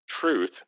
truth